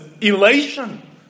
elation